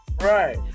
Right